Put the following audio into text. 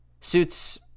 suits